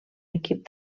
equip